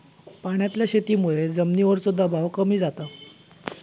पाण्यातल्या शेतीमुळे जमिनीवरचो दबाव कमी जाता